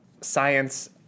science